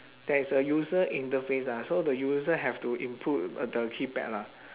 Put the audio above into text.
there's a user interface ah so the user have to input uh the keypad lah